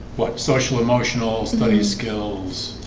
what social-emotional study skills?